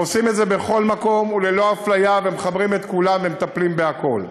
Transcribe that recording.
ועושים את זה בכל מקום וללא אפליה ומחברים את כולם ומטפלים בכול.